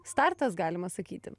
startas galima sakyti